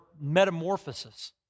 metamorphosis